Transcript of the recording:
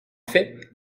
fait